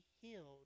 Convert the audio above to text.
healed